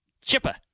Chipper